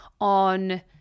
on